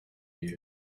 you